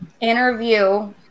interview